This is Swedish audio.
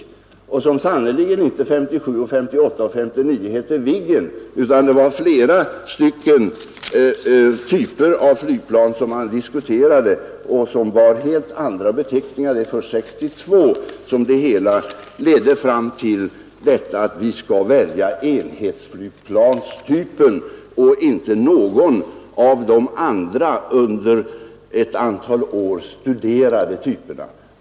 1957, 1958 och 1959 gällde det sannerligen inte Viggen, utan man diskuterade flera typer av flygplan, som bar helt andra beteckningar. Först 1962 ledde diskussionerna fram till beslutet att vi skulle välja enhetsflygplanstypen och inte någon av de andra under ett antal år diskuterade typerna.